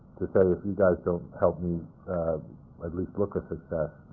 to say, if you guys don't help me at like least look a success,